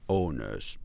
owners